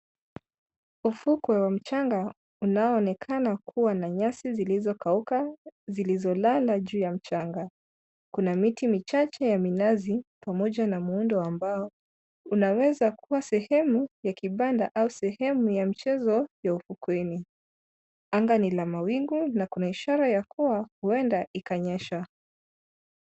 Ufukwe wa mchanga unaoonekana kuwa na nyasi zilizokauka zilizo lala juu ya mchanga. Kuna miti michache ya minazi pamoja na muundo wa mbao unaweza kuwa sehemu ya kibanda au sehemu ya mchezo ya ufukweni. Anga ni la mawingu na kuna ishara kuwa uenda ikanyesha.